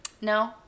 No